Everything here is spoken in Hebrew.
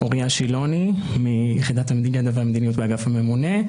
אוריה שילוני מיחידת הידע והמדיניות באגף הממונה,